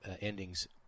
endings